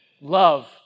love